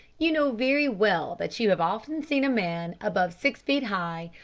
you know very well that you have often seen a man above six feet high,